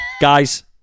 Guys